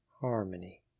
harmony